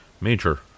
major